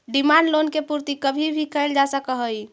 demand loan के पूर्ति कभी भी कैल जा सकऽ हई